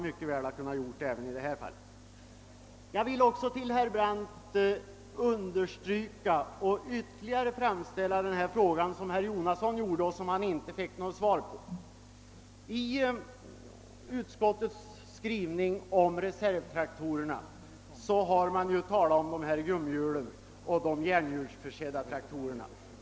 Jag vill också för herr Brandt understryka och upprepa den fråga som herr Jonasson ställde och som han inte fick något svar på. I utskottets skrivning om reservtraktorerna har man talat om gummihjulsoch järnhjulsförsedda traktorer.